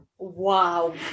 Wow